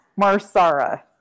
Marsara